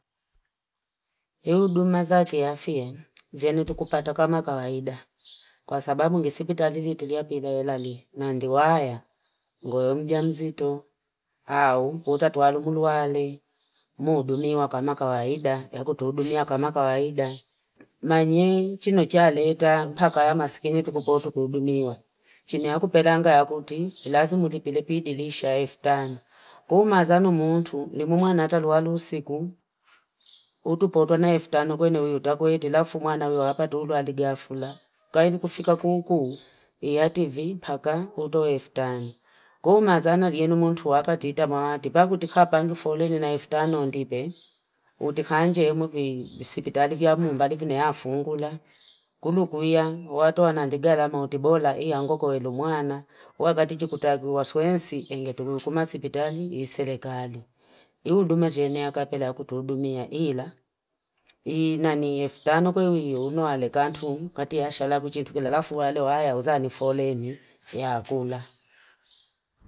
Ihuduma za kiafya zenu kutupata kama kwaida kwa sababu ngesipita lili tulia pila elali na ndiwaya, ngoyomu jamzito, au kutatuwalu mulu wale, muhuduniwa kama kawaida, ya kutuhudunia kama kawaida. Manye chinochia leta, paka yama sikini tukupoto kuhuduniwa. Chini ya kupelanga ya kuti, ilazimu utipilepidilisha elfu tano. Kuhumazano mtu, nimuwa nataluhalu usiku, utupoto na elfu tano kwenye uitakue tila fumoana weo hapa tulua aligiafula. Kairi kufika kuku ya tivi paka uto elfu tano. Kuhumazano liyenu mtu wakatiita mawati, pako utikapangi fuleni na elfu tano ondipe, utikanje emu vipisipitali vya mumbali vina ya fungula. Kulu kuya, watu wanadiga la mautibola, hii angoko welu muana, wakati chukutagi wa swensi, enge tuluhukuma sipitali, isere kali. Hii uduma jenea kapela kutudumia ila. Nani elfu tano kwenye uno alegantu, kati ashalaku chitukela lafu wale wa haya uzani fuleni ya akula.